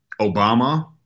Obama